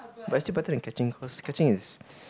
but it's still better than catching cause catching is